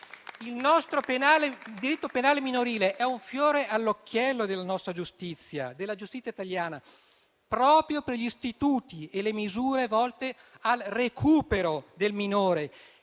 Il nostro diritto penale minorile è un fiore all'occhiello della giustizia italiana, proprio per gli istituti e le misure volte al recupero del minore,